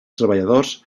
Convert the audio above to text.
treballadors